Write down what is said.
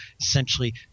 Essentially